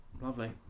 Lovely